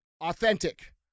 authentic